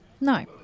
No